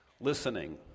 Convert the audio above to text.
listening